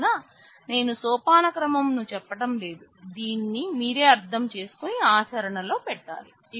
కావున నేను సోపాన క్రమం నుచెప్పటం లేదు దీని మీరే అర్థం చేసుకుని ఆచరణలో పెట్టాలి